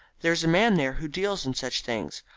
there is a man there who deals in such things.